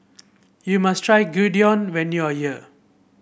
you must try Gyudon when you are here